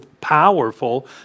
powerful